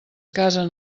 casen